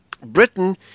britain